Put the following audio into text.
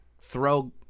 throw